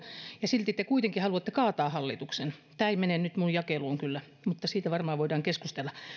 ja silti te kuitenkin haluatte kaataa hallituksen tämä ei mene nyt minun jakeluuni kyllä mutta siitä varmaan voidaan keskustella